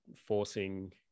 forcing